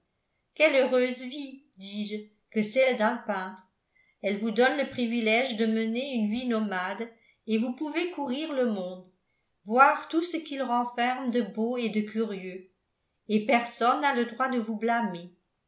quelle heureuse vie dis-je que celle d'un peintre elle vous donne le privilège de mener une vie nomade et vous pouvez courir le monde voir tout ce qu'il renferme de beau et de curieux et personne n'a le droit de vous blâmer